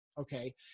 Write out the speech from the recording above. Okay